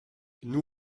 nous